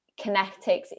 Kinetics